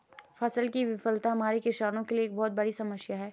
फसल की विफलता हमारे किसानों के लिए एक बहुत बड़ी समस्या है